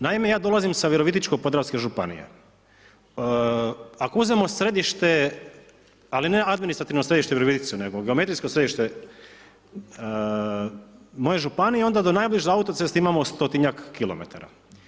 Naime, ja dolazim sa Virovitičko-podravske županije, ako uzmemo središte, ali ne administrativno središte Viroviticu nego geometrijsko središte moje županije onda do najbliže autoceste imamo 100-tinjak kilometara.